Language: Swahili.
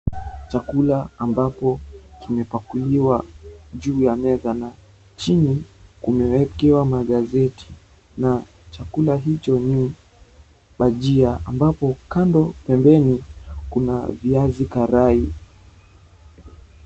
Chakula ambapo imepakuliwa juu ya meza na chini kumewekewa magazeti na chakula hicho ni bajia ambapo kando pembeni kuna viazi karai.